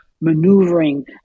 maneuvering